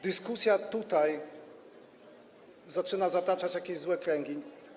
Dyskusja tutaj zaczyna zataczać jakieś złe kręgi.